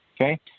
okay